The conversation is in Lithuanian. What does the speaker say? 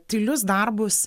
tylius darbus